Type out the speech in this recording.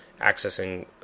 accessing